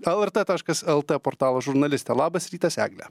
lrt lt portalo žurnalistė labas rytas eglę